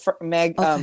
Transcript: Meg